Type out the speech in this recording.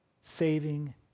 saving